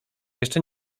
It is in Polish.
jeszcze